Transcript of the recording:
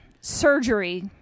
surgery